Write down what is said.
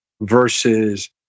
versus